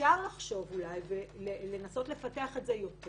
אפשר לחשוב ולנסות לפתח את זה יותר